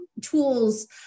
tools